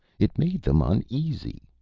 it made them uneasy.